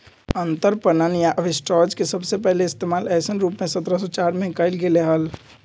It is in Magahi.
अंतरपणन या आर्बिट्राज के सबसे पहले इश्तेमाल ऐसन रूप में सत्रह सौ चार में कइल गैले हल